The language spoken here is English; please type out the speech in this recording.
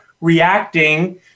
reacting